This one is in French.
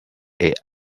est